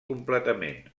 completament